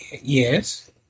Yes